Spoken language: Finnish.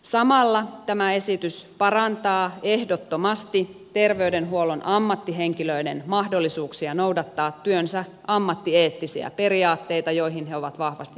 samalla tämä esitys parantaa ehdottomasti terveydenhuollon ammattihenkilöiden mahdollisuuksia noudattaa työnsä ammattieettisiä periaatteita joihin he ovat vahvasti sitoutuneet